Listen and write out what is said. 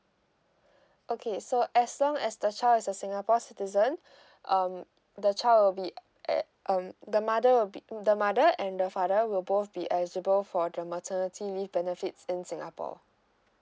okay so as long as the child is a singapore citizen um the child will be uh um the mother will be the mother and the father will both be eligible for the maternity leave benefits in singapore